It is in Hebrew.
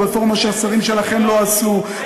רפורמה שהשרים שלכם לא עשו,